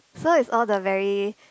so it's all the very